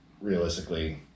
realistically